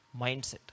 mindset